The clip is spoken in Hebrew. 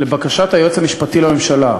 לבקשת היועץ המשפטי לממשלה,